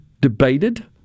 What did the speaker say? debated